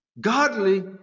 godly